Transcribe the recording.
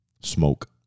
Smoke